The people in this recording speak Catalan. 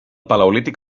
paleolític